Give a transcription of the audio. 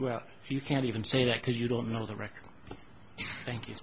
well you can't even say that because you don't know the record thank you